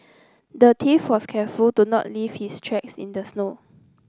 the thief was careful to not leave his tracks in the snow